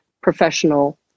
professional